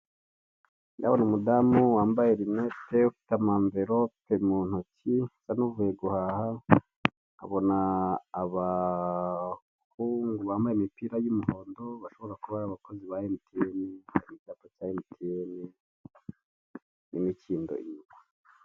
Ndabona umudamu wambaye rinete ufite mverope mu ntoki usa n'uvuye guhaha nkabona abahungu bambaye imipira y'umuhondo bashobara kuba ari abakozi ba emutiyene, n'icyapa cya emutiyeni n'mikindo hirya.